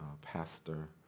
Pastor